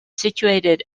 situated